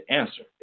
answer